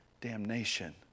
damnation